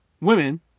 women